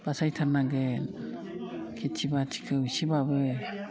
बासायथारनांगोन खेथि बाथिखौ इसेबाबो